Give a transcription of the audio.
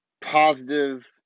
positive